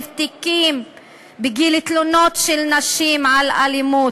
תיקים בגין תלונות של נשים על אלימות.